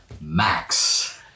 Max